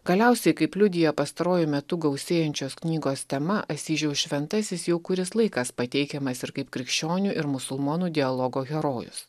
galiausiai kaip liudija pastaruoju metu gausėjančios knygos tema asyžiaus šventasis jau kuris laikas pateikiamas ir kaip krikščionių ir musulmonų dialogo herojus